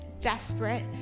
desperate